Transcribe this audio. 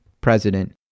president